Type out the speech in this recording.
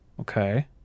okay